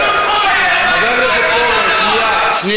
עודד, חבר הכנסת פורר, תשמע מה שאני אומר.